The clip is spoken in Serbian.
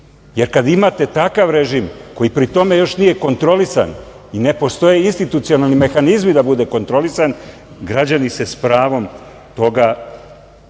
jer kad imate takav režim, koji pri tome još nije kontrolisan i ne postoje institucionalni mehanizmi da bude kontrolisan, građani se s pravom toga